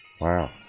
Wow